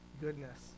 goodness